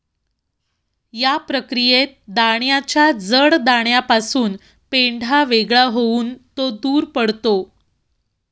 या प्रक्रियेत दाण्याच्या जड दाण्यापासून पेंढा वेगळा होऊन तो दूर पडतो